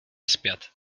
zpět